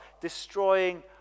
destroying